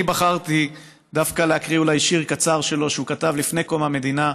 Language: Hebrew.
אני בחרתי דווקא לקרוא שיר קצר שלו הוא כתב לפני קום המדינה,